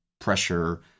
pressure